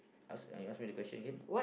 ask uh you ask me the question again